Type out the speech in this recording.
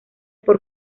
por